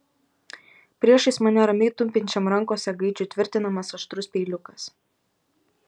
priešais mane ramiai tupinčiam rankose gaidžiui tvirtinamas aštrus peiliukas